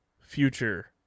future